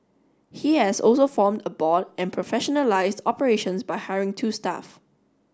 he has also formed a board and professionalised operations by hiring two staff